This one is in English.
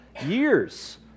years